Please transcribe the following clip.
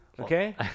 okay